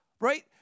right